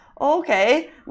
okay